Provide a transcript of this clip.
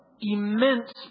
immense